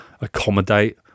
accommodate